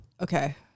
Okay